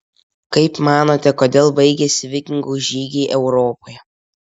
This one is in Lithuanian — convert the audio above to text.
kaip manote kodėl baigėsi vikingų žygiai europoje